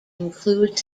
includes